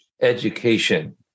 education